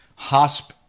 Hosp